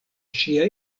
ŝia